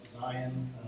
Zion